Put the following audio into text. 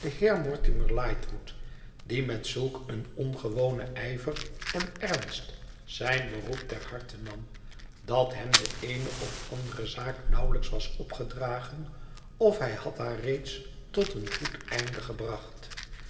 mortimer lightwood die met zulk een ongewonen ijver en ernst zijn beroep ter harte nam dat hem de eene of andere zaak nauwelijks was opgedragen of hij had haar reeds tot een goed einde gebracht